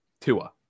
Tua